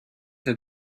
that